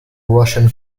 russian